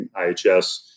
IHS